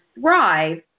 Thrive